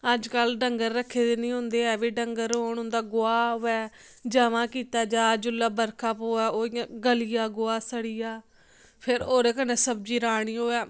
अज्जकल डंगर रक्खे दे निं होंदे ऐ कि डंगर होन उं'दा गोहा होऐ जमां कीता जा जेल्लै बरखा पोऐ उयां गली जा सड़ी जा फिर ओह्दे कन्नै सब्जी राह्नी होऐ